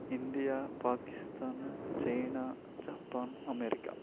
India Pakistan China Japan America